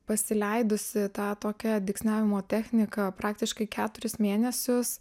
pasileidusi tą tokią dygsniavimo techniką praktiškai keturis mėnesius